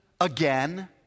again